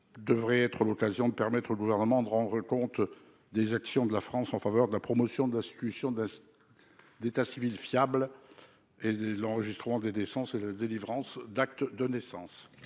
devrait être l'occasion pour le Gouvernement de rendre compte des actions de la France en faveur de la promotion de la constitution d'états civils fiables, ainsi que de l'enregistrement des naissances et de la délivrance d'actes de naissance.